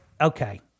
okay